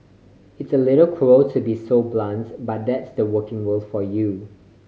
it's a little cruel to be so blunts but that's the working world for you